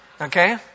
Okay